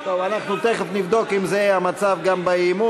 טוב, אנחנו תכף נבדוק אם זה המצב גם באי-אמון.